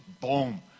Boom